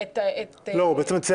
הוא אומר